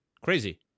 Crazy